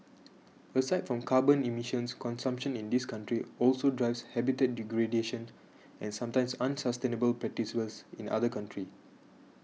aside from carbon emissions consumption in these countries also drives habitat degradation and sometimes unsustainable practices in other countries